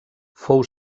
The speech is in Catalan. fou